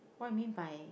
what you mean by